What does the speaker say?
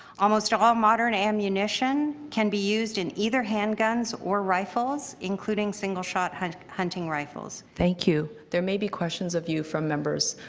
almost all modern ammunition can be used in either handguns or rifles including single shot hunting rifles. thank you. there may be questions of you from members.